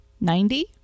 Ninety